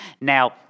Now